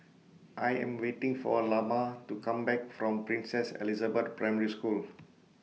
I Am waiting For Lamar to Come Back from Princess Elizabeth Primary School